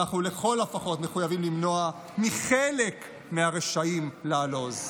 אנחנו לכל הפחות מחויבים למנוע מחלק מהרשעים לעלוז.